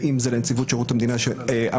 ואם זה לנציבות שירות המדינה שאמונה